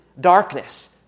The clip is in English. darkness